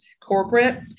corporate